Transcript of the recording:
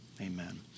amen